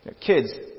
Kids